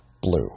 blue